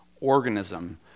organism